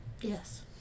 Yes